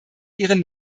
ihren